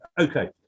okay